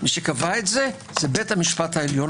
מי שקבע את זה - בית המשפט העליון,